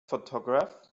photograph